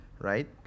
right